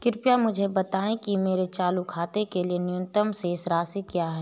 कृपया मुझे बताएं कि मेरे चालू खाते के लिए न्यूनतम शेष राशि क्या है?